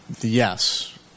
yes